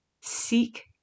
seek